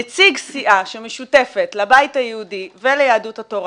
לא, הם נכנסים לי לדברים, אתה לא שמת לב.